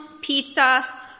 pizza